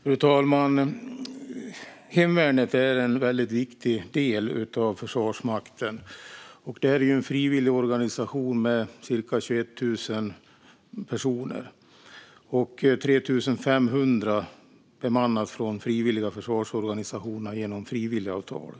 Fru talman! Hemvärnet är en väldigt viktig del av Försvarsmakten. Det är en frivilligorganisation med cirka 21 000 personer och bemannad med 3 500 från frivilliga försvarsorganisationer genom frivilligavtal.